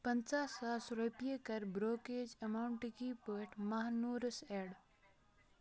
پنژاہ ساس رۄپیہِ کَر بروکیج ایماونٹ کی پٲٹھۍ مہنوٗرس ایڈ